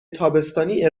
تابستانی